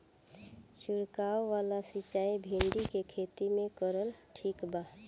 छीरकाव वाला सिचाई भिंडी के खेती मे करल ठीक बा?